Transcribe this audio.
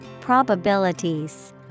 probabilities